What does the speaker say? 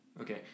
Okay